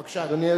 בבקשה, אדוני.